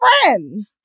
friend